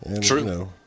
true